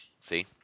See